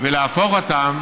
ולהפוך אותם